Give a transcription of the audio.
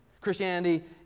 Christianity